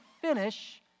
finish